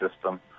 system